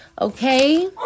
Okay